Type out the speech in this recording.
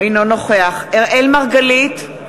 אינו נוכח אראל מרגלית,